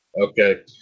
Okay